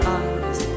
eyes